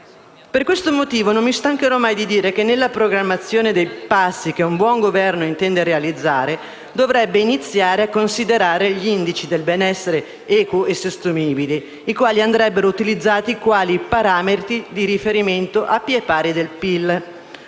Per questo motivo, non mi stancherò mai di dire che, nella programmazione dei passi che un buon Governo intende realizzare, si dovrebbe iniziare a considerare gli indici del benessere equo e sostenibile, che andrebbero utilizzati quali parametri di riferimento, alla pari del PIL.